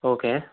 okay